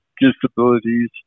disabilities